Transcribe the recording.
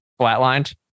flatlined